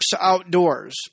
Outdoors